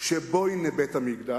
"שייבוינה בית-המקדש"